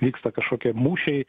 vyksta kažkokie mūšiai